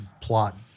plot